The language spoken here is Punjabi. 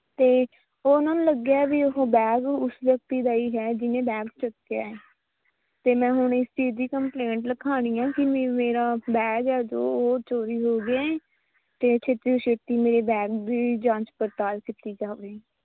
ਅਤੇ ਉਹ ਉਹਨਾਂ ਨੂੰ ਲੱਗਿਆ ਵੀ ਉਹ ਬੈਗ ਉਸ ਵਿਅਕਤੀ ਦਾ ਹੀ ਹੈ ਜਿਹਨੇ ਬੈਗ ਚੱਕਿਆ ਹੈ ਅਤੇ ਮੈਂ ਹੁਣ ਇਸ ਚੀਜ਼ ਦੀ ਕੰਪਲੇਂਟ ਲਿਖਾਣੀ ਹੈ ਕਿਵੇ ਮੇਰਾ ਬੈਗ ਹੈ ਜੋ ਉਹ ਚੋਰੀ ਹੋ ਗਿਆ ਅਤੇ ਛੇਤੀ ਤੋਂ ਛੇਤੀ ਮੇਰੇ ਬੈਗ ਦੀ ਜਾਂਚ ਪੜਤਾਲ ਕੀਤੀ ਜਾਵੇ